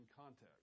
context